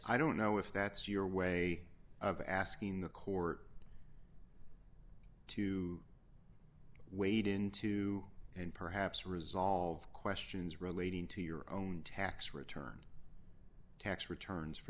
i don't know if that's your way of asking the court to wade into and perhaps resolve questions relating to your own tax return tax returns for